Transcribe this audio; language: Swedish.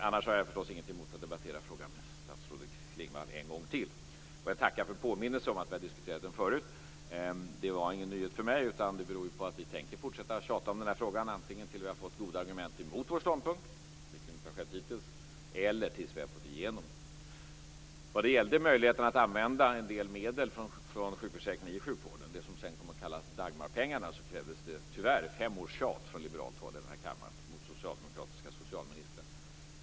Annars har jag förstås inget emot att debattera frågan med statsrådet Klingvall en gång till. Och jag tackar för påminnelsen om att vi har diskuterat den förut. Det var ingen nyhet för mig. Det beror ju på att vi tänker fortsätta att tjata om den här frågan antingen tills vi har fått goda argument mot vår ståndpunkt, vilket inte har skett hittills, eller tills vi har fått igenom det här. Vad gällde möjligheterna att använda en del medel från sjukförsäkringen i sjukvården, det som kom att kallas Dagmarpengarna, krävdes det tyvärr fem års tjat från liberalt håll i den här kammaren mot socialdemokratiska socialministrar.